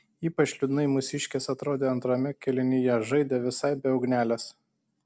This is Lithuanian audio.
ypač liūdnai mūsiškės atrodė antrame kėlinyje žaidė visai be ugnelės